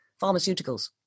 pharmaceuticals